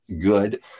good